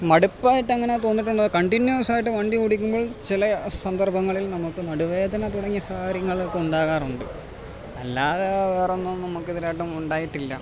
മടുപ്പായിട്ട് അങ്ങനെ തോന്നിയിട്ടുണ്ടോ കണ്ടിന്യൂസായിട്ട് വണ്ടിയോടിക്കുമ്പോൾ ചില സന്ദർഭങ്ങളിൽ നമുക്ക് നടുവേദന തുടങ്ങിയ സാഹചര്യങ്ങൾ ഒക്കെ ഉണ്ടാകാറുണ്ട് അല്ലാതെ വേറെയൊന്നും നമുക്ക് ഇതുവരെയായിട്ടും ഉണ്ടായിട്ടില്ല